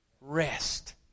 rest